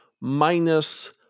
minus